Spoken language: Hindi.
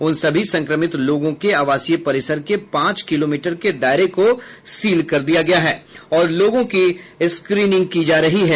उन सभी संक्रमित लोगों के आवासीय परिसर के पांच किलोमीटर के दायरे को सील कर दिया गया है और लोगों की स्क्रीनिंग की जा रही है